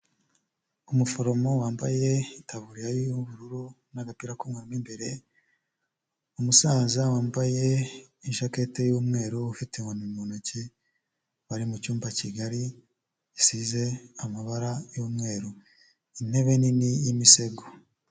Umuforomo wambaye itaburiya y'ubururu n'agapira k'umweru imbere, umusaza wambaye ijaketi y'umweru ufite inkoni mu ntoki bari. Mu cyumba kigari gisize amabara y'umweru, intebe nini y'misego.